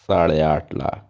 ساڑھے آٹھ لاکھ